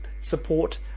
support